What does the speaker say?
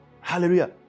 Hallelujah